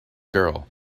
girl